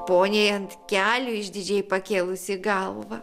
poniai ant kelių išdidžiai pakėlusi galvą